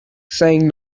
saying